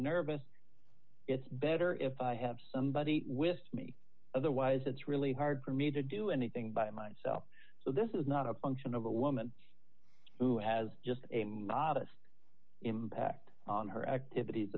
nervous it's better if i have somebody with me otherwise it's really hard for me to do anything by myself so this is not a function of a woman who has just a modest impact on her activities